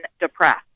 depressed